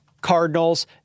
Cardinals